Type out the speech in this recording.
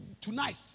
tonight